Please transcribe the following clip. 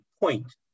point